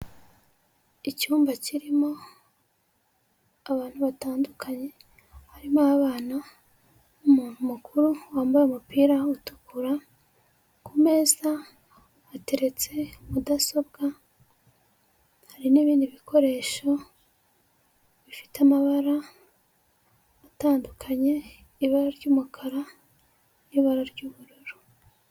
Icyumba kirimo abantu batandukanye, harimo abana, umuntu mukuru wambaye umupira utukura, ku meza hateretse mudasobwa, hari n'ibindi bikoresho bifite amabara atandukanye, ibara ry'umukara n'ibara ry'ubururu.